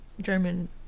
German